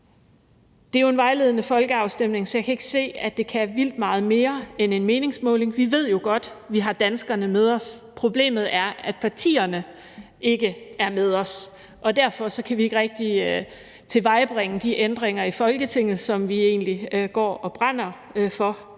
Det er jo en vejledende folkeafstemning, så jeg kan ikke se, at den kan vildt meget mere end en meningsmåling. Vi ved jo godt, at vi har danskerne med os. Problemet er, at partierne ikke er med os, og derfor kan vi ikke tilvejebringe de ændringer i Folketinget, som vi, altså hr.